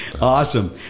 Awesome